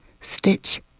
stitch-